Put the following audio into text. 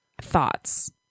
Thoughts